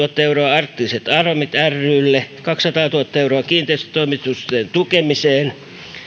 euroa arktiset aromit rylle kaksisataatuhatta euroa kiinteistötoimitusten tukemiseen